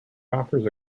offers